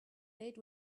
date